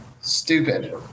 Stupid